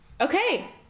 okay